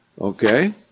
Okay